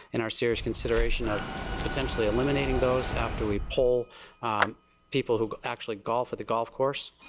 and our serious considers kind of potentially eliminating those after we pull people who actually golf at the golf course.